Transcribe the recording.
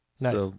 Nice